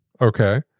Okay